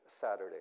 Saturday